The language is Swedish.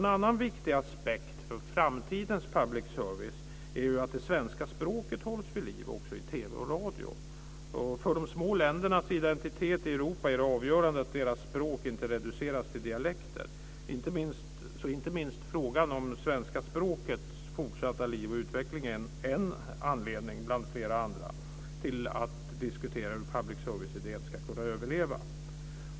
En annan viktig aspekt för framtidens public service är att det svenska språket hålls vid liv också i TV och radio. För de små ländernas identitet i Europa är det avgörande att deras språk inte reduceras till dialekter. Inte minst frågan om svenska språkets fortsatta liv och utveckling är en anledning bland flera andra till att diskutera hur public service-idén ska kunna överleva.